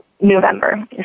November